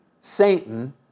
Satan